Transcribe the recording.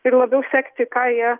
ir labiau sekti ką jie